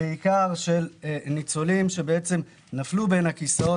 בעיקר לניצולים שנפלו בין הכיסאות